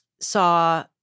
saw